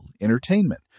entertainment